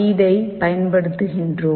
read ஐ பயன்படுத்துகிறோம்